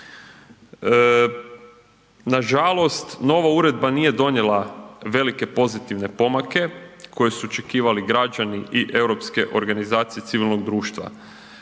Nažalost nova uredba nije donijela velike pozitivne pomake koje su očekivali građani i Europske organizacije civilnog društva.